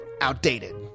outdated